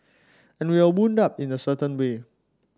and we are wound up in a certain way